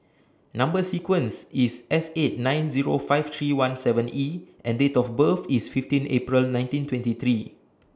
Number sequence IS S eight nine Zero five three one seven E and Date of birth IS fifteen April nineteen twenty three